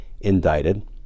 indicted